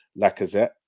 Lacazette